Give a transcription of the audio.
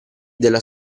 della